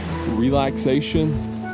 relaxation